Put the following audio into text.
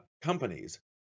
companies